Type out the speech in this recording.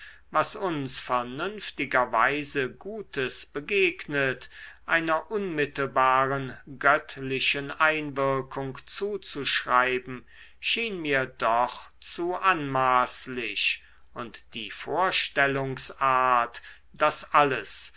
was uns vernünftigerweise gutes begegnet einer unmittelbaren göttlichen einwirkung zuzuschreiben schien mir doch zu anmaßlich und die vorstellungsart daß alles